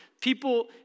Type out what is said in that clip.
People